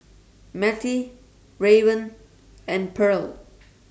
Mattie Raven and Pearl